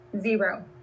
zero